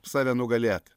save nugalėt